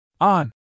On